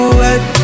wet